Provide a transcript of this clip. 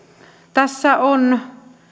tässä on